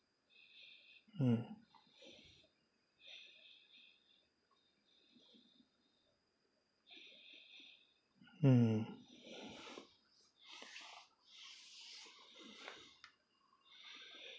mm mm